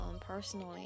personally